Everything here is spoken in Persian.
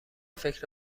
فکر